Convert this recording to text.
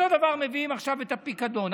אותו דבר, מביאים עכשיו את הפיקדון.